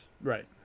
Right